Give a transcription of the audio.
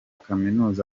kaminuza